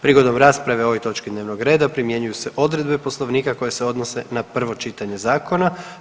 Prigodom rasprave o ovoj točki dnevnog reda primjenjuju se odredbe Poslovnika koje se odnose na prvo čitanje zakona.